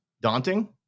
daunting